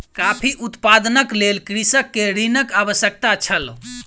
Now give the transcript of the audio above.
coffee उत्पादनक लेल कृषक के ऋणक आवश्यकता छल